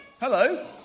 Hello